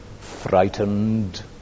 frightened